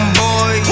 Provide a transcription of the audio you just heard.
boy